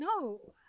no